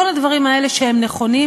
כל הדברים האלה שהם נכונים,